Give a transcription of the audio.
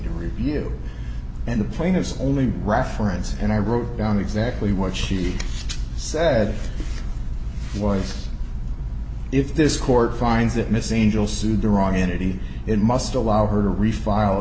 to review and the plaintiffs only reference and i wrote down exactly what she said was if this court finds that messina will sue the wrong entity it must allow her to refile